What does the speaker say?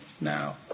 now